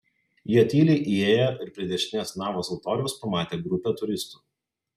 jie tyliai įėjo ir prie dešinės navos altoriaus pamatė grupę turistų